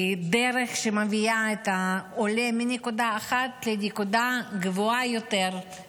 היא דרך שמביאה את העולה מנקודה אחת לנקודה גבוהה יותר,